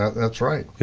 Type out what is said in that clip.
that's right.